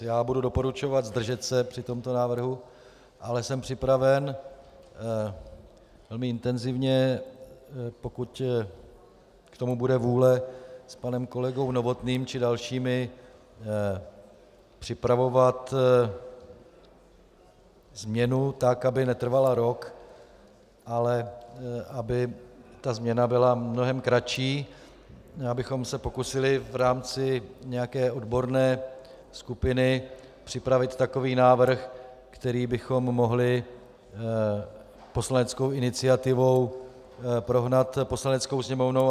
Já budu doporučovat zdržet se při tomto návrhu, ale jsem připraven velmi intenzivně, pokud k tomu bude vůle, s panem kolegou Novotným či dalšími připravovat změnu tak, aby netrvala rok, ale aby ta změna byla mnohem kratší, abychom se pokusili v rámci nějaké odborné skupiny připravit takový návrh, který bychom mohli poslaneckou iniciativou prohnat Poslaneckou sněmovnou.